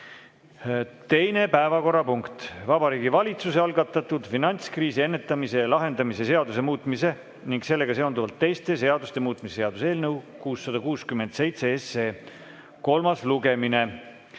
Teine päevakorrapunkt: Vabariigi Valitsuse algatatud finantskriisi ennetamise ja lahendamise seaduse muutmise ning sellega seonduvalt teiste seaduste muutmise seaduse eelnõu 667 kolmas lugemine.